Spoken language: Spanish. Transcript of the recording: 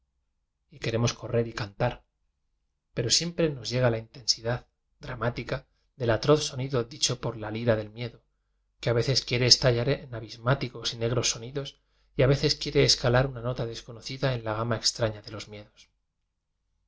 queremos correr y cantar pero siempre nos llega la intensidad dramática del atroz sonido dicho por la lira del miedo que a veces quiere estallar en abismáticos y ne gros sonidos y a veces quiere escalar una nota desconocida en la gama extraña de los miedos